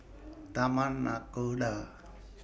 Taman Nakhoda